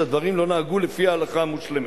שהדברים לא נהגו לפי ההלכה המושלמת,